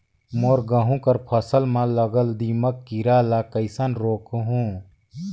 मोर गहूं कर फसल म लगल दीमक कीरा ला कइसन रोकहू?